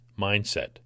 mindset